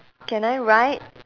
can I write